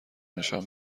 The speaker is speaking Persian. نشان